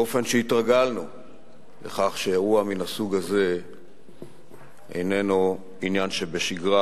באופן שהתרגלנו לכך שאירוע מן הסוג הזה איננו עניין שבשגרה,